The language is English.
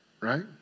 right